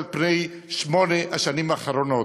על פני שמונה השנים האחרונות.